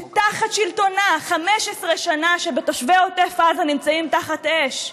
שתחת שלטונה 15 שנה תושבי עזה נמצאים תחת אש,